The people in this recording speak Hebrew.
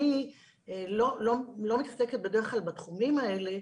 אני לא מתעסקת בדרך כלל בתחומים האלה,